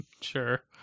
Sure